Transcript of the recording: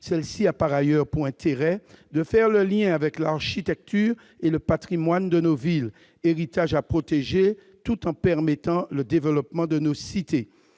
Celle-ci a par ailleurs pour intérêt de faire le lien avec l'architecture et le patrimoine de nos villes, héritage à protéger tout en permettant le développement de nos cités,